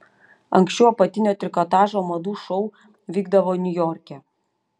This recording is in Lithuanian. anksčiau apatinio trikotažo madų šou vykdavo niujorke